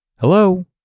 hello